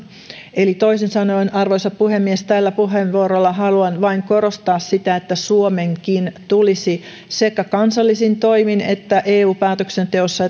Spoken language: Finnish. toisin sanoen arvoisa puhemies tällä puheenvuorolla haluan vain korostaa sitä että suomenkin tulisi sekä kansallisin toimin että eu päätöksenteossa